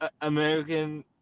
American